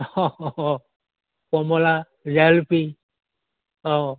অঁ কমলা জেলেপি অঁ